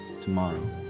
tomorrow